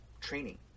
training